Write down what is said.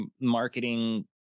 marketing